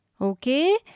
Okay